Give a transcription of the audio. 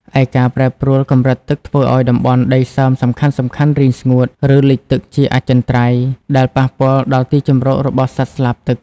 ឯការប្រែប្រួលកម្រិតទឹកធ្វើឱ្យតំបន់ដីសើមសំខាន់ៗរីងស្ងួត ឬលិចទឹកជាអចិន្ត្រៃយ៍ ដែលប៉ះពាល់ដល់ទីជម្រករបស់សត្វស្លាបទឹក។